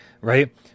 Right